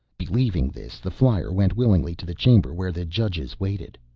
believing this, the flyer went willingly to the chamber where the judges waited.